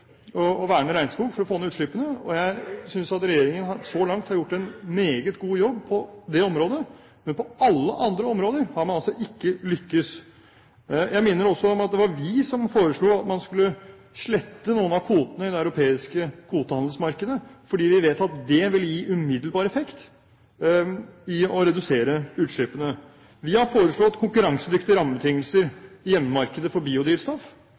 effektivt å verne regnskog for å få ned utslippene, og jeg synes regjeringen så langt har gjort en meget god jobb på det området. Men på alle andre områder har man altså ikke lykkes. Jeg minner også om at det var vi som foreslo at man skulle slette noen av kvotene i det europeiske kvotehandelsmarkedet, fordi vi vet at det vil gi umiddelbar effekt med hensyn til å redusere utslippene. Vi har foreslått konkurransedyktige rammebetingelser i hjemmemarkedet for biodrivstoff,